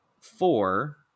four